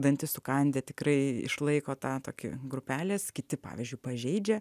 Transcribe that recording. dantis sukandę tikrai išlaiko tą tokį grupelės kiti pavyzdžiui pažeidžia